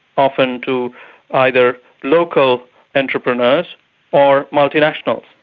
often to either local entrepreneurs or multinationals.